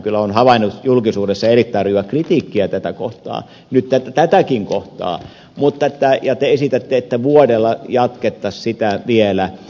kyllä olen havainnut julkisuudessa erittäin rajua kritiikkiä tätäkin kohtaan ja te esitätte että vuodella jatkettaisiin sitä vielä